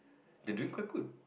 they doing quiet good